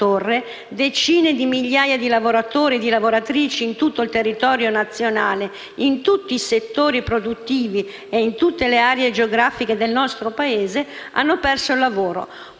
decine di migliaia di lavoratori e di lavoratrici in tutto il territorio nazionale, in tutti i settori produttivi e in tutte le aree geografiche del nostro Paese, hanno perso il lavoro.